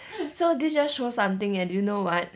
so this just shows something that do you know what